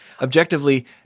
Objectively